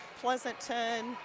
Pleasanton